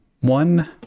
One